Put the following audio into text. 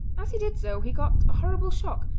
as he did so he got a horrible shock,